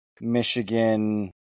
Michigan